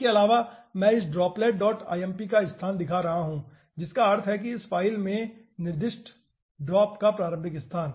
इसके अलावा मैं इस dropletlmp का स्थान दिखा रहा हूँ जिसका अर्थ है कि इस फ़ाइल में निर्दिष्ट ड्रॉप का प्रारंभिक स्थान